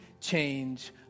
change